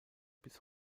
bis